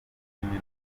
ururimi